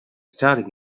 staring